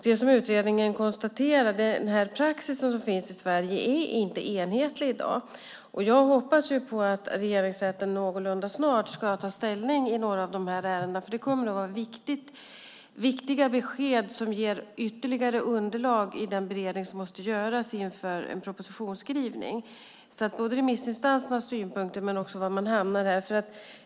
Det som utredningen konstaterar är att den praxis som finns i Sverige inte är enhetlig i dag. Jag hoppas att Regeringsrätten någorlunda snart ska ta ställning i några av de här ärendena. Det kommer att vara viktiga besked som ger ytterligare underlag i den beredning som måste göras inför en propositionsskrivning. Det gäller både remissinstansernas synpunkter och var man hamnar här.